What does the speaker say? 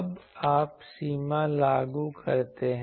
अब आप सीमा लागू करते हैं